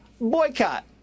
boycott